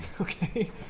okay